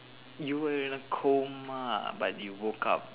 you were in a coma but you woke up